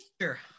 Sure